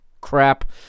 crap